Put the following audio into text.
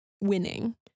winning